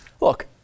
Look